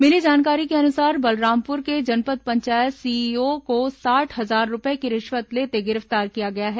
मिली जानकारी के अनुसार बलरामपुर के जनपद पंचायत सीईओ को साठ हजार रूपए की रिश्वत लेते गिरफ्तार किया गया है